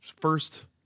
first